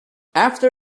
after